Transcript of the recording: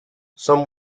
some